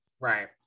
right